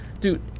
dude